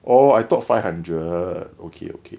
orh I thought five hundred okay okay